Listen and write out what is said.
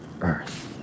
earth